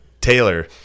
Taylor